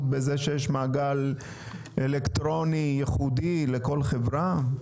בזה שיש מעגל אלקטרוני ייחודי לכל חברה?